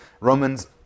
Romans